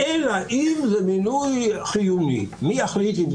עילת הסבירות מתפרסת על פני מרחב עצום שבין